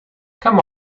come